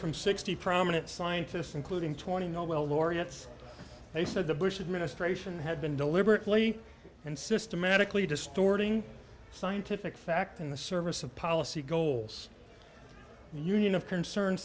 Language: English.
from sixty prominent scientists including twenty nobel laureates they said the bush administration had been deliberately and systematically distorting scientific facts in the service of policy goals and union of concern